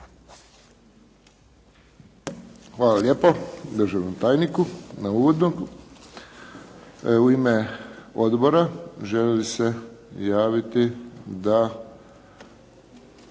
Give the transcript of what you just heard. Hvala lijepo državnom tajniku na uvodu. U ime odbora želi li se javiti? Da.